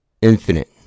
infinite